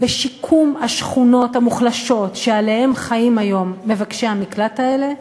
בשיקום השכונות המוחלשות שבהן חיים היום מבקשי המקלט האלה,